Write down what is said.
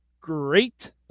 great